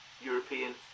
European